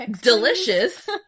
Delicious